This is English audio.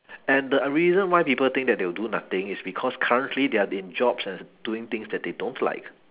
and the reason why people think that they'll do nothing is because currently they are in jobs and doing things that they don't like